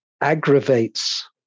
aggravates